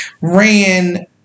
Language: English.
ran